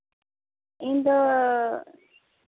ᱤᱧᱫᱚ